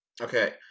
Okay